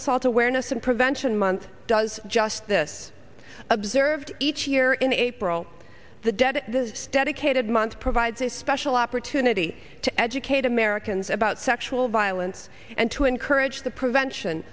assault awareness and prevention month does just this observed each year in april the dead dedicated month provides a special opportunity to educate americans about sexual violence and to encourage the prevention